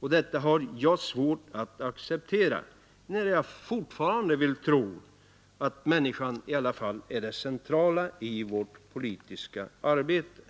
och detta har jag svårt att acceptera, när jag fortfarande vill tro att människan i alla fall är det centralå i vårt politiska arbete.